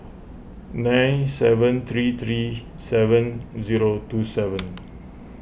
nine seven three three seven zero two seven